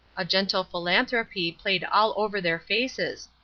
a gentle philanthropy played all over their faces,